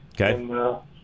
Okay